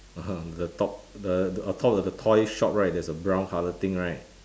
(uh huh) the top the the on top of the toy shop right there's a brown colour thing right